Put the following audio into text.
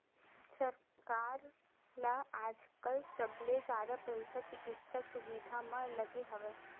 सरकार ल आजकाल सबले जादा पइसा चिकित्सा सुबिधा म लगे हवय